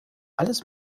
alles